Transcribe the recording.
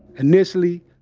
initially,